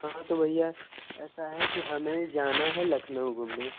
हाँ तो भैया ऐसा है कि हमें जाना है लखनऊ घूमने